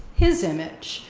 his image,